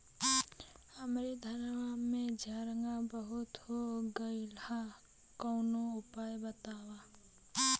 हमरे धनवा में झंरगा बहुत हो गईलह कवनो उपाय बतावा?